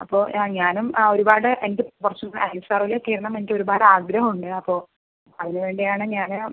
അപ്പോൾ ആ ഞാനും ആ ഒരുപാട് എനിക്ക് കുറച്ച് ഐ എസ് ആർ ഒയിൽ കയറണമെന്ന് എനിക്ക് ഒരുപാട് ആഗ്രഹം ഉണ്ട് അപ്പോൾ അതിനു വേണ്ടിയാണ് ഞാൻ